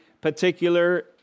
particular